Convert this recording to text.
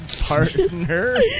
Partner